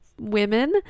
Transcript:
women